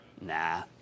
Nah